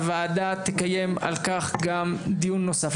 הוועדה תקיים על כך גם דיון נוסף.